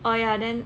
oh ya then